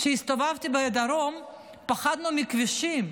כשהסתובבתי בדרום פחדתי בכבישים,